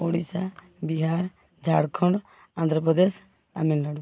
Odisha Bihar Jharkhand Andhra Pradesh Tamil Nadu